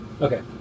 Okay